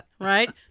Right